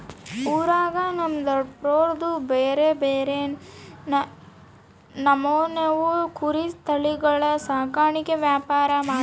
ಊರಾಗ ನಮ್ ದೊಡಪ್ನೋರ್ದು ಬ್ಯಾರೆ ಬ್ಯಾರೆ ನಮೂನೆವು ಕುರಿ ತಳಿಗುಳ ಸಾಕಾಣಿಕೆ ವ್ಯಾಪಾರ ಮಾಡ್ತಾರ